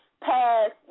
past